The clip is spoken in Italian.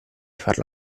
farlo